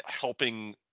helping